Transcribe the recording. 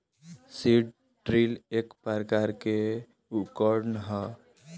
seed drill एक प्रकार के उकरण ह